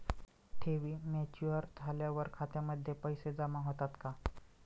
ठेवी मॅच्युअर झाल्यावर खात्यामध्ये पैसे जमा होतात का?